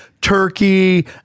Turkey